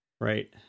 right